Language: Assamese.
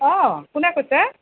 অঁ কোনে কৈছে